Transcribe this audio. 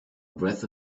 breath